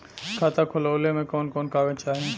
खाता खोलवावे में कवन कवन कागज चाही?